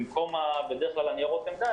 במקום כמו בדרך כלל ניירות עמדה,